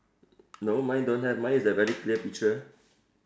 no mine don't have mine is a very clear picture